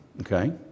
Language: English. okay